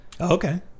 okay